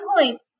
point